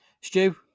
Stu